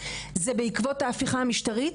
זה בעקבות ההפיכה המשטרית,